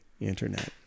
internet